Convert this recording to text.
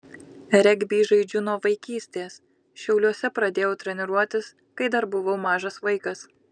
regbį žaidžiu nuo vaikystės šiauliuose pradėjau treniruotis kai dar buvau mažas vaikas